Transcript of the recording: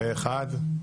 פה אחד.